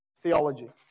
theology